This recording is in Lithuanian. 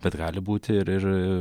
bet gali būti ir ir